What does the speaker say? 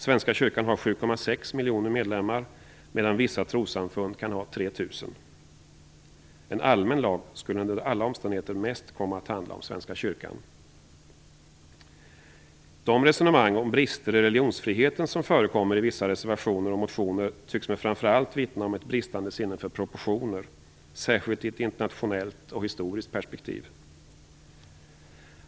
Svenska kyrkan har 7,6 miljoner medlemmar, medan vissa trossamfund kan ha 3 000. En allmän lag skulle under alla omständigheter mest komma att handla om De resonemang om brister i religionsfriheten som förekommer i vissa reservationer och motioner tycks mig framför allt vittna om ett bristande sinne för proportioner, särskilt i ett internationellt och historiskt perspektiv.